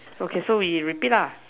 okay so we repeat lah